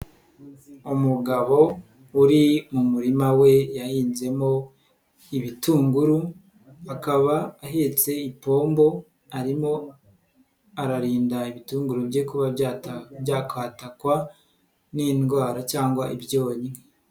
Umugabo uri mu murima we yahinzemo ibitunguru akaba ahetse ipombo arimo ararinda ibitunguru bye kuba byakatakwa n'indwara cyangwa ibyonnyi.